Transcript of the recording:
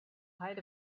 height